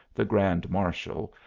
the grand marshal,